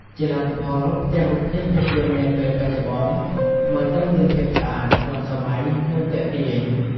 ជាលទ្ធផល ផ្ទាំងរូបភាពភាពយន្តនាពេលបច្ចុប្បន្នមើលទៅមានភាពស្អាត ទាន់សម័យ និងទាក់ទាញ។